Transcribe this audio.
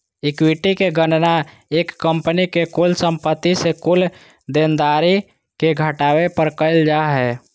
equity के गणना एक कंपनी के कुल संपत्ति से कुल देनदारी के घटावे पर करल जा हय